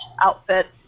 outfits